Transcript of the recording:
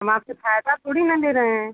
हम आपसे फायदा थोड़ी ना ले रहे हैं